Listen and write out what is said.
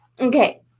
Okay